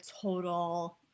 total